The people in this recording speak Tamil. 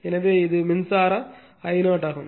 எனவே இது மின்சார I0 ஆகும்